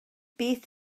beth